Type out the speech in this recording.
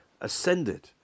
ascended